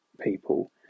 people